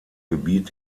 gebiet